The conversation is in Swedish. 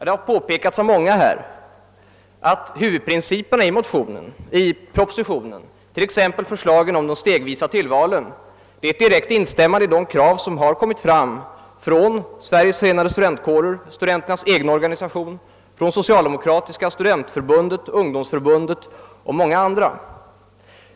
Det har påpekats av många, att huvudprinciperna i propositionen — t.ex. förslaget om stegvisa tillval — är ett direkt instämmande i krav som förts fram från Sveriges förenade studentkårer — studenternas egen organisation — från Socialdemokratiska studentförbundet, från Socialdemokratiska ungdomsförbundet och många andra.